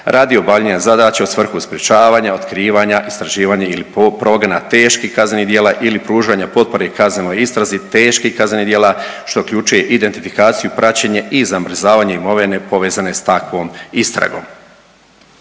radi obavljanja zadaća u svrhu sprječavanja, otkrivanja, istraživanja ili progona teških kaznenih djela ili pružanja potpore kaznenoj istrazi teških kaznenih djela, što uključuje identifikaciju, praćenje i zamrzavanje imovine povezane s takvom istragom.